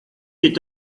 est